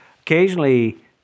occasionally